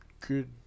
good